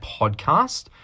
podcast